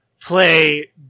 play